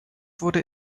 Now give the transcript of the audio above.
wurde